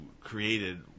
created